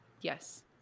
Yes